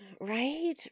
Right